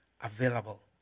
available